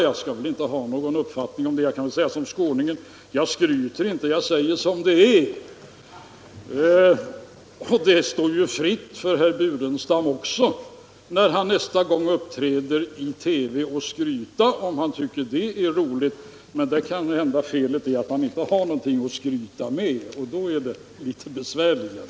Jag skall väl inte ha någon uppfattning om det —- jag kan ju säga som skåningen: ”Jag skyter inte, jag säger som det är.” Och det står ju herr Burenstam Linder fritt när han nästa gång uppträder i TV att skryta om han tycker det är roligt. Men felet är kanske att han inte har någonting att skryta med, och då är det litet besvärligare.